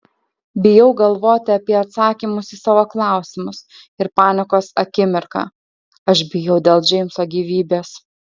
bijau galvoti apie atsakymus į savo klausimus ir panikos akimirką aš bijau dėl džeimso gyvybės